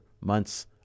months